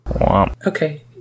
Okay